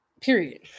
period